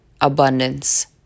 abundance